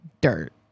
dirt